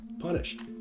Punished